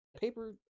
paper